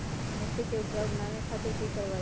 मिट्टी के उपजाऊ बनावे खातिर की करवाई?